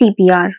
CPR